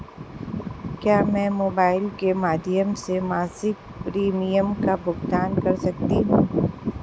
क्या मैं मोबाइल के माध्यम से मासिक प्रिमियम का भुगतान कर सकती हूँ?